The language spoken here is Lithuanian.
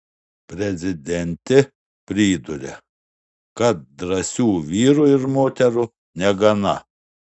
prezidentė priduria kad drąsių vyrų ir moterų negana